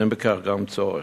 ואין בכך צורך.